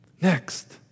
Next